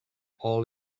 all